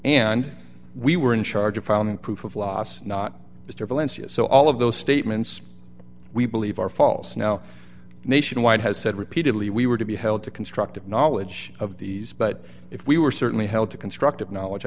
and we were in charge of founding proof of loss not mr valencia so all of those statements we believe are false now nationwide has said repeatedly we were to be held to constructive knowledge of these but if we were certainly held to constructive know